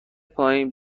پایین